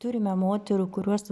turime moterų kurios